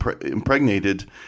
impregnated